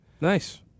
Nice